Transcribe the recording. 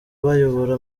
bayobora